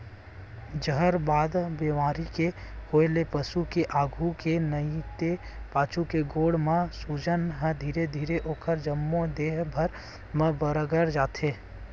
जहरबाद बेमारी के होय ले पसु के आघू के नइते पाछू के गोड़ म सूजन ह धीरे धीरे ओखर जम्मो देहे भर म बगरत जाथे